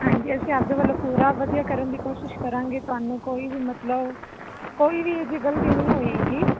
ਹਾਂਜੀ ਅਸੀਂ ਆਪਦੇ ਵਲੋਂ ਪੂਰਾ ਵਧੀਆ ਕਰਨ ਦੀ ਕੋਸ਼ਿਸ਼ ਕਰਾਂਗੇ ਤੁਹਨੂੰ ਕੋਈ ਵੀ ਮਤਲਬ ਕੋਈ ਵੀ ਐਹੇ ਜਿਹੀ ਗਲਤੀ ਨੀ ਹੋਏਗੀ